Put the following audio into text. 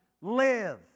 live